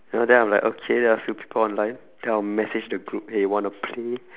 you know then I'm like okay there are a few people online then I'll message the group hey wanna play